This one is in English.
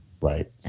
Right